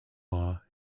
law